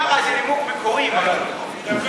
ככה, איזה נימוק מקורי, משהו.